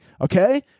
Okay